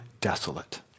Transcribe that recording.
desolate